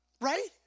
Right